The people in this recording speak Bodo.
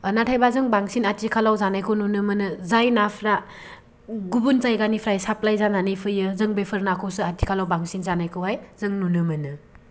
नाथायबा जों बांसिन आथिखालाव जानायखौ नुनो मोनो जाय नाफोरा गुबुन जायगानिफ्राय साप्लाइ जानानै फैयो जों बेफोर नाखौसो आथिखालाव बांसिन जानायखौहाय जों नुनो मोनो